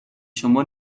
شما